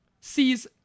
sees